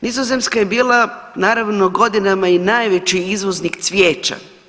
Nizozemska je bila naravno godinama i najveći izvoznik cvijeća.